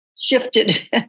shifted